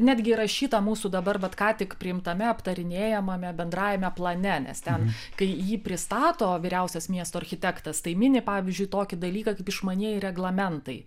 netgi rašyta mūsų dabar vat ką tik priimtame aptarinėjamame bendrajame plane nes ten kai jį pristato vyriausias miesto architektas tai mini pavyzdžiui tokį dalyką kaip išmanieji reglamentai